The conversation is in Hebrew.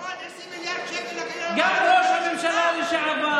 רק 20 מיליארד שקל, גם ראש הממשלה לשעבר